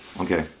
Okay